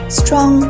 strong